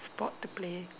sport to play